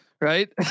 Right